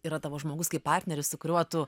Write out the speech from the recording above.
yra tavo žmogus kaip partneris su kuriuo tu